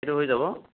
সেইটো হৈ যাব